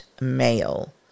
male